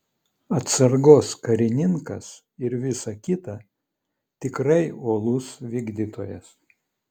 atsargos karininkas ir visa kita tikrai uolus vykdytojas